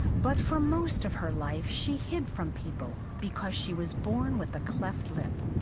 but for most of her life she hid from people, because she was born with a cleft lip.